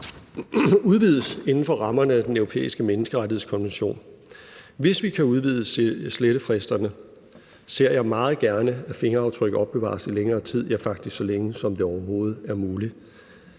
udvides inden for rammerne af Den Europæiske Menneskerettighedskonvention. Hvis vi kan udvide slettefristerne, ser jeg meget gerne, at fingeraftryk opbevares i længere tid, ja, faktisk så længe, som det overhovedet er muligt.